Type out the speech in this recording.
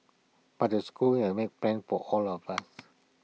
but the school has made plans for all of us